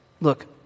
look